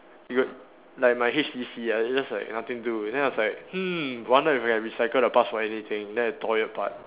you got like my H_T_C ah it's just like nothing do then I was like hmm wonder if I can recycle the parts for anything then I tore it apart